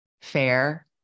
fair